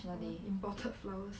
all imported flowers